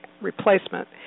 replacement